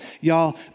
Y'all